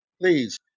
Please